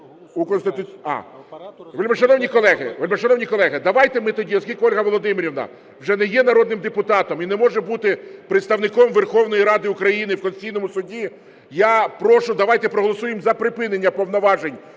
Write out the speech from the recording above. ми тоді, оскільки Ольга Володимирівна вже не є народним депутатом і не може бути представником Верховної Ради України в Конституційному Суді, я прошу, давайте проголосуємо за припинення повноважень